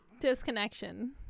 Disconnection